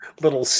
little